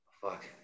Fuck